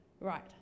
Right